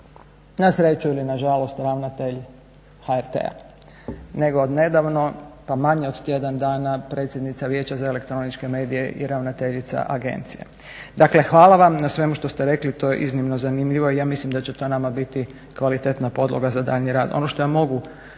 na sreću ili nažalost ravnatelj HRT-a nego odnedavno pa manje od tjedan dana predsjednica Vijeća za elektroničke medije i ravnateljica Agencije. Dakle hvala vam na svemu što ste rekli, to je iznimno zanimljivo i ja mislim da će to nama biti kvalitetna podloga za daljnji rad.